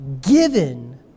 Given